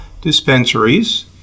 dispensaries